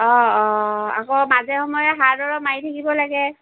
অঁ অঁ আকৌ মাজে সময়ে সাৰ দৰৱ মাৰি থাকিব লাগে